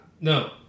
no